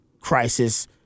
crisis –